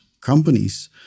companies